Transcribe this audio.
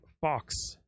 Fox